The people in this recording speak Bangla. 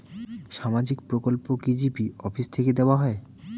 সামাজিক প্রকল্প কি জি.পি অফিস থেকে দেওয়া হয়?